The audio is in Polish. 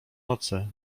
nocy